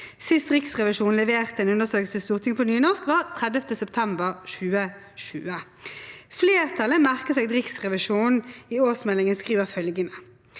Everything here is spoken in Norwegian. Sist Riksrevisjonen leverte en undersøkelse til Stortinget på nynorsk, var 30. september 2020. Flertallet merker seg at Riksrevisjonen i årsmeldingen skriver følgende: